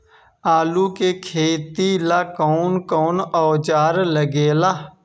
आलू के खेती ला कौन कौन औजार लागे ला?